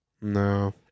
No